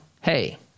Hey